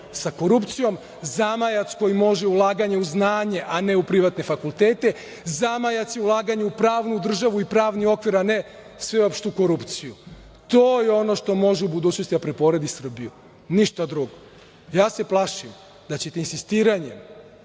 sa korupcijom, zamajac koji može je ulaganje u znanje, a ne u privatne fakultete, zamajac je ulaganje u pravnu državu i pravni okvir, a ne sveopštu korupciju. To je ono što može u budućnosti da preporodi Srbiju, ništa drugo. Ja se plašim da ćete insistiranjem